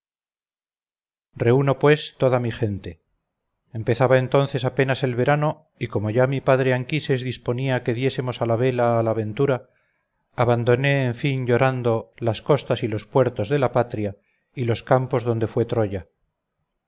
establecernos reúno pues toda mi gente empezaba entonces apenas el verano y como ya mi padre anquises disponía que diésemos la vela a la aventura abandoné en fin llorando las costas y los puertos de la patria y los campos donde fue troya